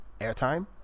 airtime